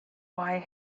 why